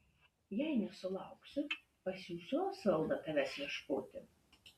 jei nesulauksiu pasiųsiu osvaldą tavęs ieškoti